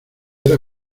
era